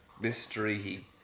mystery